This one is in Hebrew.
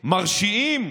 מרשיעים,